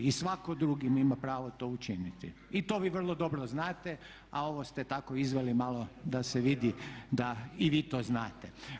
I svatko drugi ima pravo to učiniti i to vi vrlo dobro znate, a ovo ste tako izveli malo da se vidi da i vi to znate.